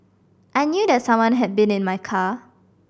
I knew that someone had been in my car